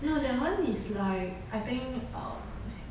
no that one is like I think um